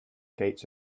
gates